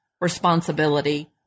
responsibility